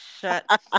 Shut